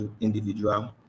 individual